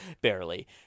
barely